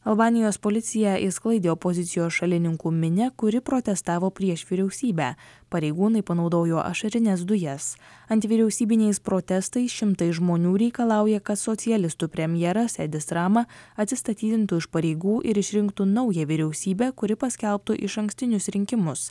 albanijos policija išsklaidė opozicijos šalininkų minią kuri protestavo prieš vyriausybę pareigūnai panaudojo ašarines dujas anti vyriausybiniais protestais šimtai žmonių reikalauja kad socialistų premjeras edis rama atsistatydintų iš pareigų ir išrinktų naują vyriausybę kuri paskelbtų išankstinius rinkimus